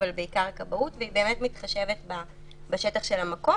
אבל בעיקר הכבאות והיא מתחשבת בשטח של המקום.